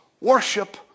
worship